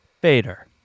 Bader